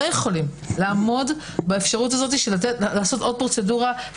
לא יכולים לעשות עוד פרוצדורה,